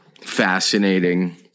fascinating